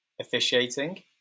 officiating